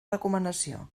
recomanació